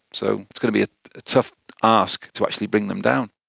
so it's going to be a tough ask to actually bring them down.